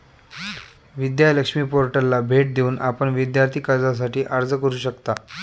विद्या लक्ष्मी पोर्टलला भेट देऊन आपण विद्यार्थी कर्जासाठी अर्ज करू शकता